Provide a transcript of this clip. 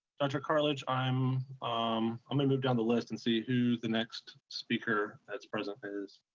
dr. cartlidge, i'm um i'm gonna move down the list and see who the next speaker that's present is.